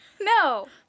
No